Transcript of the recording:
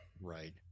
Right